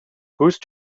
whose